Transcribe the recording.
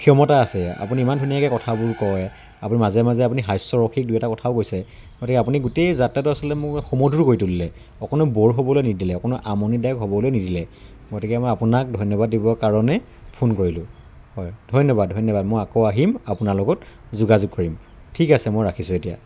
ক্ষমতা আছে আপুনি ইমান ধুনীয়াকৈ কথাবোৰ কয় আপুনি মাজে মাজে আপুনি হাস্যৰসিক দুই এটা কথাও কৈছে গতিকে আপুনি গোটেই যাত্ৰাটো আচলতে মোৰ সুমধুৰ কৰি তুলিলে অকনো ব'ৰ হ'বলৈ নিদিলে অকনো আমনিদায়ক হ'বলৈ নিদিলে গতিকে মই আপোনাক ধন্যবাদ দিবৰ কাৰণে ফোন কৰিলোঁ হয় ধন্যবাদ ধন্যবাদ মই আকৌ আহিম আপোনাৰ লগত যোগাযোগ কৰিম ঠিক আছে মই ৰাখিছোঁ এতিয়া